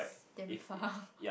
damn far